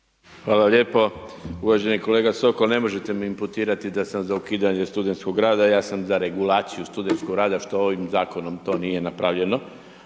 Hvala lijepo. Uvaženi kolega Sokol, ne možete mi imputirati da sam za ukidanje studentskog rada, ja sam za regulaciju studentskog rada što ovim zakonom to nije napravljeno.